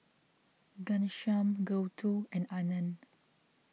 Ghanshyam Gouthu and Anand